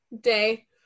day